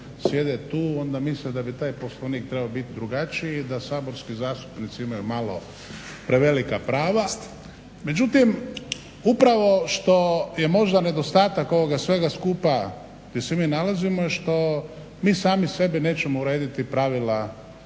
onda misle da bi taj Poslovnik trebao bit drugačiji, da saborski zastupnici imaju malo prevelika prava. Međutim, upravo što je možda nedostatak ovoga svega skupa gdje se mi nalazimo je što mi sami sebi nećemo urediti pravila